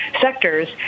sectors